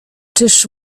czyż